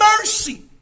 mercy